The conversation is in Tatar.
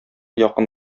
якын